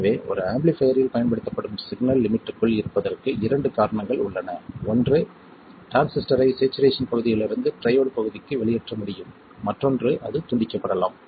எனவே ஒரு ஆம்பிளிஃபைர்யில் பயன்படுத்தப்படும் சிக்னல் லிமிட்க்குள் இருப்பதற்கு இரண்டு காரணங்கள் உள்ளன ஒன்று டிரான்சிஸ்டரை ஸேச்சுரேஷன் பகுதியிலிருந்து ட்ரையோட் பகுதிக்கு வெளியேற்ற முடியும் மற்றொன்று அது துண்டிக்கப்படலாம்